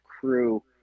crew